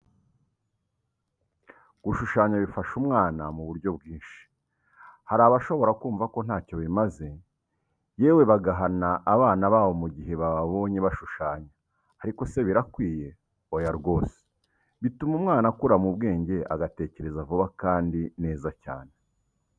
Gushushanya bifasha umwana mu buryo bwinshi. Hari abashobora kumva ko ntacyo bimaze yewe bagahana abana babo mu gihe bababonye bashushanya, ariko se birakwiye? Oya rwose! Bituma umwana akura mu bwenge, agatekereza vuba kandi neza cyane.